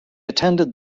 attended